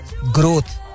Growth